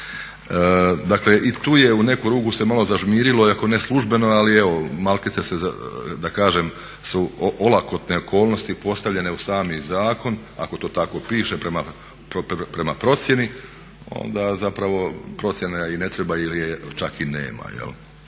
Dakle i tu je u neki ruku se malo zažmirilo i ako ne službeno ali evo malkice se da kažem su olakotne okolnosti postavljene u sami zakon ako to tako piše prema procjeni onda zapravo procjena i ne treba ili je čak i nema. Iako